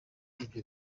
ibyo